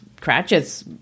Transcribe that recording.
Cratchit's